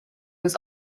was